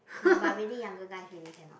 ya really younger guys really cannot